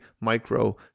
micro